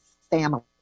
family